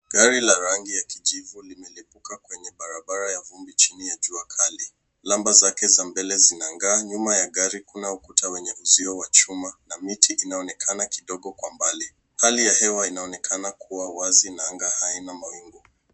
Gari la rangi ya kijivu linateremka kwenye barabara ya vumbi chini ya jua kali. Namba zake za mbele zinang'aa. Nyuma ya gari kuna ukuta wenye uzio wa chuma na miti inaonekana kidogo kwa mbali. Hali ya hewa inaonekana kuwa wazi na anga haina mawingu.